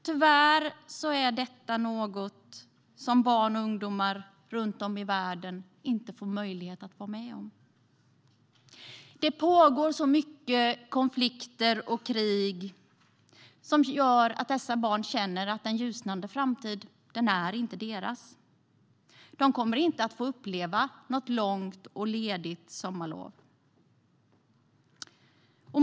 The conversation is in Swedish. Tyvärr är detta inte något som ungdomar runt om i världen får möjlighet att vara med om. Det pågår många konflikter och krig i världen som gör att dessa barn känner att den ljusnande framtid inte är deras. De kommer inte att få uppleva något långt och ledigt sommarlov.